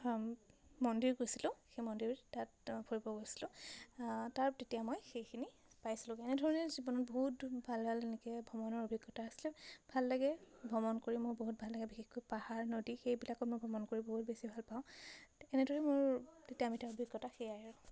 মন্দিৰ গৈছিলোঁ সেই মন্দিৰত তাত ফুৰিব গৈছিলোঁ তাত তেতিয়া মই সেইখিনি পাইছিলোঁ এনেধৰণে জীৱনত বহুত ভাল ভাল এনেকে ভ্ৰমণৰ অভিজ্ঞতা আছিলে ভাল লাগে ভ্ৰমণ কৰি মোৰ বহুত ভাল লাগে বিশেষকৈ পাহাৰ নদী সেইবিলাকক মই ভ্ৰমণ কৰি বহুত বেছি ভালপাওঁ এনেদৰে মোৰ তেতিয়া মিটাৰ অভিজ্ঞতা সেয়াই আৰু